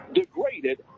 degraded